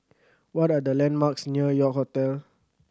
what are the landmarks near York Hotel